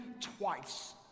twice